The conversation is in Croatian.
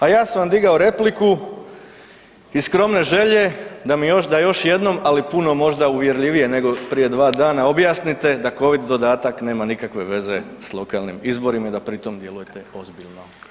A ja sam vam digao repliku iz skromne želje da još jednom, ali puno možda uvjerljivije nego prije dva dana objasnite da covid dodatak nema nikakve veze s lokalnim izborima i da pri tom djelujete ozbiljno?